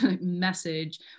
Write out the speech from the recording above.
message